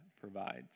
provides